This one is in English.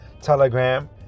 telegram